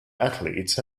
athletes